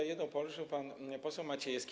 Jedną poruszył pan poseł Maciejewski.